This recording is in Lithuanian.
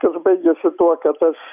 kas baigėsi tuo kad aš